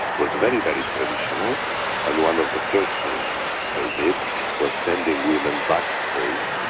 was very, very traditional, and one of the first things they did was sending women back home,